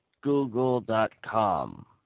Google.com